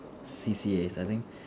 C_C_A's I think